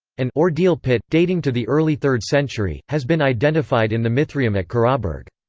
an ordeal pit, dating to the early third century, has been identified in the mithraeum at carrawburgh.